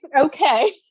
okay